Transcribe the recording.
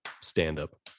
stand-up